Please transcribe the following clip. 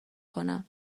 کنم